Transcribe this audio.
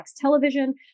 Television